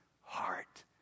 heart